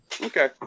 Okay